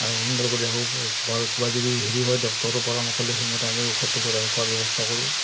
আৰু সুন্দৰ কৰি ৰাখোঁ আৰু কিবা যদি হেৰি হয় ডক্তৰৰ পৰামৰ্শ লৈ সেইমতে আমি ঔষধটো খোৱাৰ ব্যৱস্থা কৰোঁ